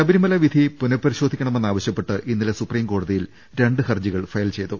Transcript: ശബരിമല വിധി പുനപരിശോധിക്കണമെന്നാവശൃപ്പെട്ട് ഇന്നലെ സുപ്രീം കോടതിയിൽ രണ്ട് ഹർജികൾ ഫയൽ ചെയ്തു